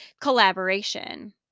collaboration